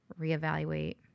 reevaluate